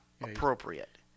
appropriate